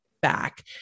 back